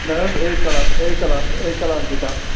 نہَ حظ اےٚ کٕلاس اےٚ کٕلاس اےٚ کٕلاس گژھِ آسُن